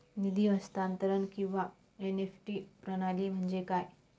निधी हस्तांतरण किंवा एन.ई.एफ.टी प्रणाली म्हणजे काय?